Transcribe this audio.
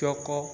ଚୋକ